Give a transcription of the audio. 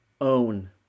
own